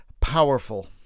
powerful